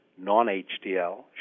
non-HDL